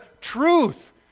truth